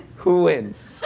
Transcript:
who wins?